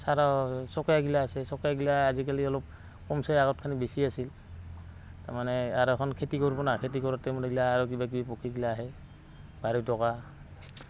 চাৰা চকেইগিলা আছে চকেইগিলা আজিকালি অলপ কমছে আগতখানি বেছি আছিল তাৰমানে আৰু এখন খেতি কৰব না খেতি কৰোঁতে মুৰাগিলা আৰু কিবাকিবি পক্ষীগিলা আহে বাঢ়ৈটোকা